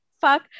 fuck